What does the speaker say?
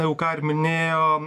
jau ką ir minėjo